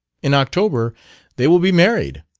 in october they will be married